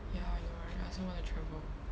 ya I know right I also want to travel